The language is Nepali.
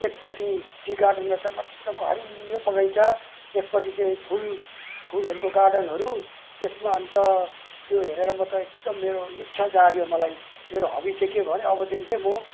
एकपट्टि टी गार्डन रहेछ मजाको हरियो बगैँचा एकपट्टि चाहिँ फुल फुलहरूको गार्डनहरू त्यसमा अन्त त्यो हेरेर म त एकदम मेरो इच्छा जाग्यो मलाई मेरो हभी चाहिँ के भयो भने अबदेखि चाहिँ म